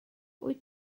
wyt